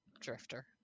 Drifter